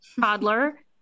toddler